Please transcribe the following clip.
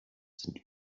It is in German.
sind